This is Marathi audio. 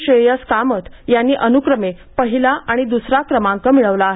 श्रेयस कामथ यांनी अनुक्रमे पहिला आणि दुसरा क्रमांक मिळवला आहे